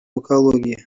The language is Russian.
экологии